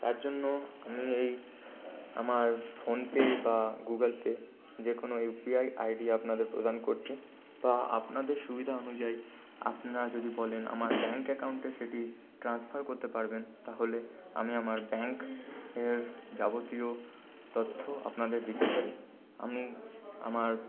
তার জন্য আমি এই আমার ফোন পে বা গুগল পে যে কোনো ইউপিআই আইডি আপনাদের প্রদান করছি বা আপনাদের সুবিধা অনুযায়ী আপনারা যদি বলেন আমার ব্যাংক অ্যাকাউন্টে সেটি ট্রান্সফার করতে পারবেন তাহলে আমি আমার ব্যাংকের যাবতীয় তথ্য আপনাদের দিতে পারি আমি আমার